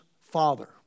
father